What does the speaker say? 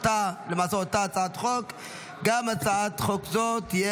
אושרה בקריאה טרומית ותעבור גם היא לדיון